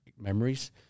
Memories